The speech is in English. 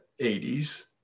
80s